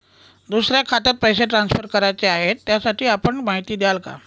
दुसऱ्या खात्यात पैसे ट्रान्सफर करायचे आहेत, त्यासाठी आपण माहिती द्याल का?